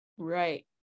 right